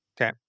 Okay